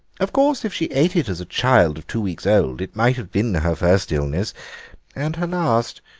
of course if she ate it as a child of two weeks old it might have been her first illness and her last.